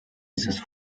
dieses